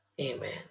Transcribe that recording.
Amen